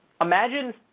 Imagine